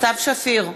סתיו שפיר,